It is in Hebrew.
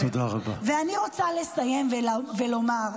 ואני רוצה לסיים ולומר: